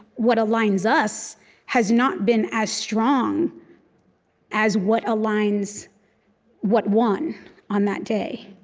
what aligns us has not been as strong as what aligns what won on that day.